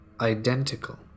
Identical